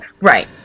Right